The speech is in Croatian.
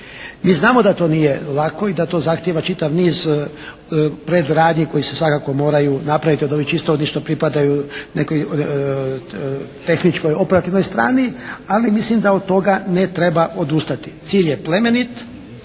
Mi znamo da to nije lako i da to zahtjeva čitav niz predradnji koje se svakako moraju napraviti od ovih, čisto onih što pripadaju nekoj tehničkoj operativnoj strani. Ali mislim da od toga ne treba odustati. Cilj je plemenit